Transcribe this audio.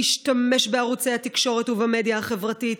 להשתמש בערוצי התקשורת ובמדיה החברתית,